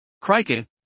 Crikey